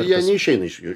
jie neišeina iš jų